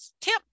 tip